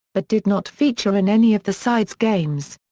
but did not feature in any of the side's games.